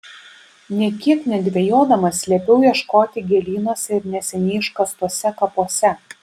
nė kiek nedvejodamas liepiau ieškoti gėlynuose ir neseniai iškastuose kapuose